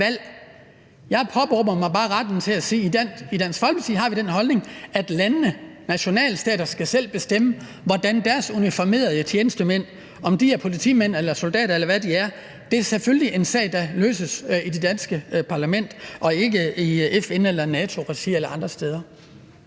Jeg påberåber mig bare retten til at sige, at vi i Dansk Folkeparti har den holdning, at landene, nationalstaterne, selv skal bestemme, hvordan deres uniformerede tjenestemænd, hvad enten de er politimænd eller soldater, eller hvad de er, skal være klædt. Det er selvfølgelig noget, der løses i det danske parlament, ikke i regi af FN eller NATO eller andre steder.